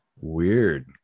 Weird